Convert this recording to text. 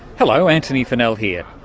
hello, antony funnell here.